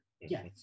Yes